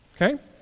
okay